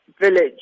village